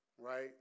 Right